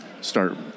start